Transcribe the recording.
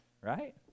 Right